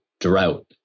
drought